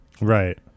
Right